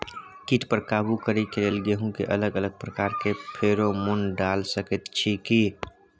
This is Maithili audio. कीट पर काबू करे के लेल गेहूं के अलग अलग प्रकार के फेरोमोन डाल सकेत छी की?